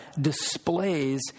displays